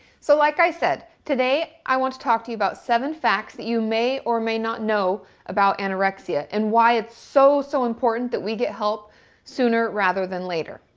so, like i said, today i want to talk to you about seven facts that you may or may not know about anorexia. and why it's so so important that we get help sooner rather than later.